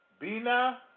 Bina